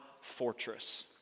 fortress